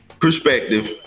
Perspective